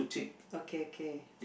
okay okay